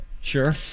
sure